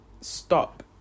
stop